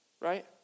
Right